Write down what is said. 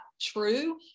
true